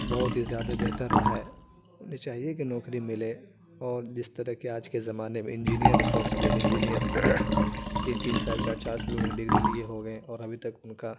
بہت ہی زیادہ بہتر رہا ہے انہیں چاہیے کہ نوکری ملے اور جس طرح کہ آج کے زمانے میں انجینیر ہیں سافٹویر انجینیر تین تین سال چار چار سال انہوں نے ڈگری لیے ہو گئے اور ابھی تک ان کا